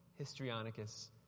Histrionicus